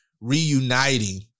reuniting